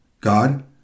God